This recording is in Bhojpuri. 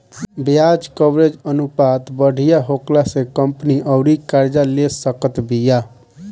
ब्याज कवरेज अनुपात बढ़िया होखला से कंपनी अउरी कर्जा ले सकत बिया